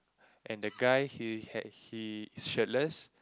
and the guy he had he shirtless